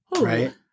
right